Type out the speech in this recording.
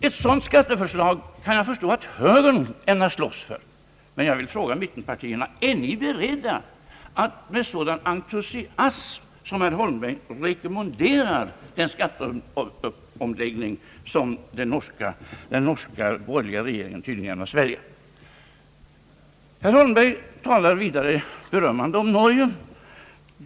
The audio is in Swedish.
Jag kan förstå att högern ämnar slåss för ett sådant skatteförslag, men jag vill fråga mittenpartierna: Är ni beredda att med sådan entusiasm som herr Holmbergs rekommendera den skatteomläggning som den norska borgerliga regeringen tydligen ämnar framlägga? Herr Holmberg talar vidare berömmande om Norge.